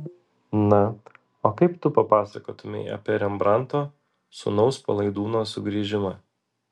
na o kaip tu papasakotumei apie rembrandto sūnaus palaidūno sugrįžimą